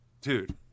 dude